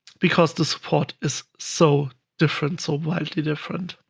because the support is so different, so wildly different.